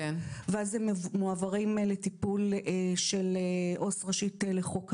ואז הם מועברים לטיפול של עו"ס ראשית לחוק הנוער.